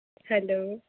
hello